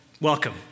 Welcome